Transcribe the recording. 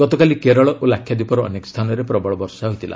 ଗତକାଲି କେରଳ ଓ ଲାକ୍ଷାଦ୍ୱୀପର ଅନେକ ସ୍ଥାନରେ ପ୍ରବଳ ବର୍ଷା ହୋଇଥିଲା